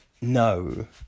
no